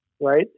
Right